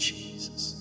Jesus